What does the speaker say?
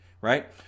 right